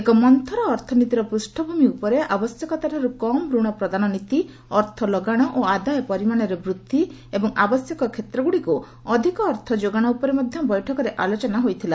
ଏକ ମନ୍ତୁର ଅର୍ଥନୀତିର ପୃଷ୍ଠଭୂମି ଉପରେ ଆବଶ୍ୟକତାଠାରୁ କମ୍ ଋଣ ପ୍ରଦାନ ନୀତି ଅର୍ଥ ଲଗାଣ ଓ ଆଦାୟ ପରିମାଣରେ ବୃଦ୍ଧି ଏବଂ ଆବଶ୍ୟକ କ୍ଷେତ୍ରଗୁଡ଼ିକୁ ଅଧିକ ଅର୍ଥ ଯୋଗାଣ ଉପରେ ମଧ୍ୟ ବୈଠକରେ ଆଲୋଚନା ହୋଇଥିଲା